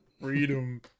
Freedom